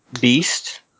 beast